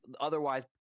otherwise